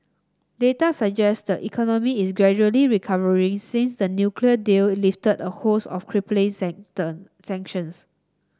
data suggest the economy is gradually recovering since the nuclear deal lifted a host of crippling sanctions